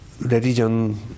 religion